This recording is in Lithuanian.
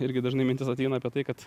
irgi dažnai mintys ateina apie tai kad